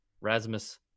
Rasmus